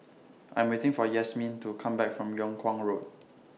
I'm waiting For Yasmeen to Come Back from Yung Kuang Road